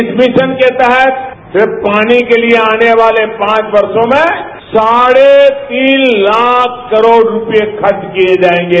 इस मिशन के तहत सिर्फ पानी के लिए आने वाले पांच वर्षो में साढे तीन लाख करोड रुपये खर्च किए जाएंगे